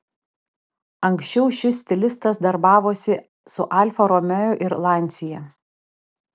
anksčiau šis stilistas darbavosi su alfa romeo ir lancia